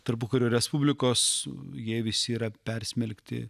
tarpukario respublikos jie visi yra persmelkti